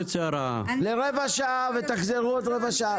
לרבע שעה ותחזרו עוד רבע שעה,